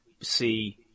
see